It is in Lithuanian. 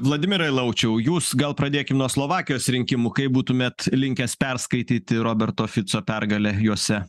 vladimirai laučiau jūs gal pradėkim nuo slovakijos rinkimų kaip būtumėt linkęs perskaityti roberto fico pergalę juose